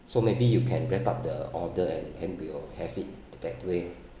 so maybe you can wrap up the order and then we will have it that way